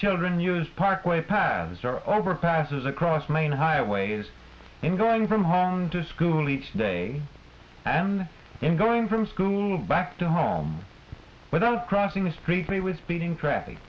children use parkway paths or overpasses across main highways and going from home to school each day and then going from school back to home without crossing the street with speeding tra